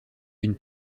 une